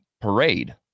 Parade